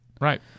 Right